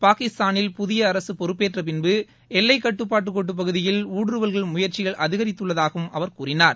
பாகிஸ்தானில் புதிய அரசு பொறுப்பேற்ற பின்பு எல்லைக்கோட்டுப் பகுதியில் ஊடுருவல் முயற்சிகள் அதிகரித்துள்ளதாகவும் அவர் கூறினார்